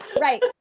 Right